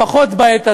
לפחות בעת הזו,